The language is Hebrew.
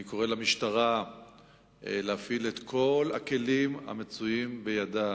אני קורא למשטרה להפעיל את כל הכלים שבידה